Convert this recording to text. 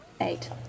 Eight